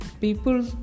people